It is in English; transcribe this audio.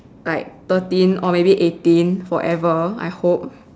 like thirteen or maybe eighteen forever I hope